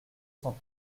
cent